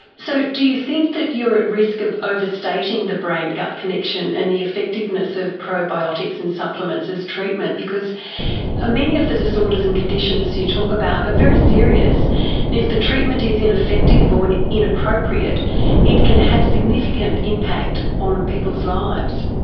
so do you think that you are at risk of overstating the brain-gut connection and the effectiveness of probiotics and supplements as treatment? because ah many of the disorders and conditions you talk about are very serious, and if the treatment is ineffective or inappropriate it can have significant impact on people's lives.